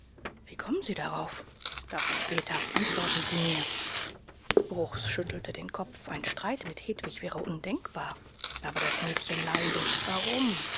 wie kommen sie darauf davon später antworten sie mir bruchs schüttelte den kopf ein streit mit hedwig wäre undenkbar aber das mädchen leidet warum